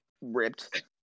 ripped